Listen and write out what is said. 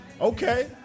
Okay